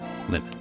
limit